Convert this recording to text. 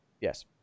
yes